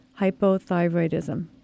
hypothyroidism